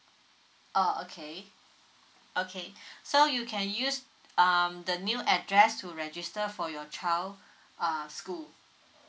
oh okay okay so you can use um the new address to register for your child uh school